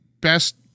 best